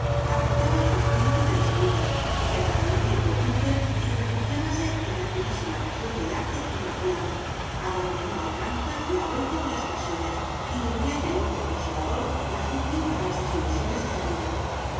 apartaba su espíritu de disputas que a nada útil conducen y refugiábase en la purísima región del arte inmaculado adonde no alcanza la broza de las pasiones y donde halla el hombre consolador refugio para las desilusiones de la vida